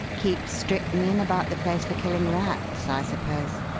keep strychnine about the place for killing rats, i suppose?